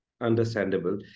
understandable